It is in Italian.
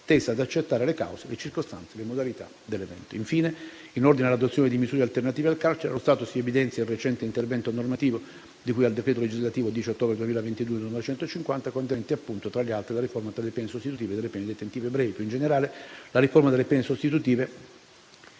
tesa ad accertare le cause, le circostanze e le modalità dell'evento. Infine, in ordine all'adozione di misure alternative al carcere, allo stato si evidenzia il recente intervento normativo di cui al decreto legislativo 10 ottobre 2022, n. 150, contenente, appunto, tra le altre, la riforma delle pene sostitutive e delle pene detentive brevi. Più in generale, la riforma delle pene sostitutive